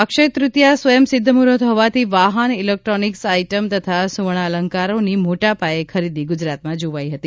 અક્ષયતૃતિયા સ્વંયસિદ્ધ મૂહુર્ત હોવાથી વાહન ઇલેક્ટ્રોનિકસ આઇટમ તથા સુવર્ણઅલંકારની મોટાપાયે ખરીદી ગુજરાતમાં જોવાઇ હતી